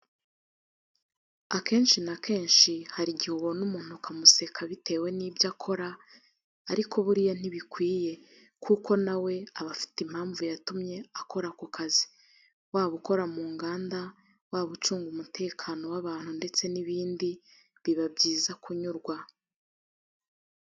Akenshi na kenshi hari igihe ubona umuntu ukamuseka bitewe n'ibyo akora, ariko buriya ntibikwiye kuko na we aba afite impamvu yatumye akora ako kazi. Waba ukora mu nganda, waba ucunga umutekano w'abantu ndetse n'ibindi, biba byiza kunyurwa.